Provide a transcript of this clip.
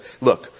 Look